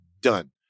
done